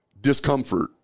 discomfort